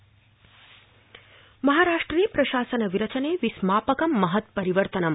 महाराष्ट्रम् महाराष्ट्रे प्रशासनविरचने विस्मापकम् महत्परिवर्तनम्